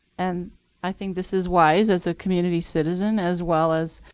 and i think this is wise as a community citizen, as well as